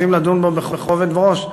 אם רוצים לדון בו בכובד ראש,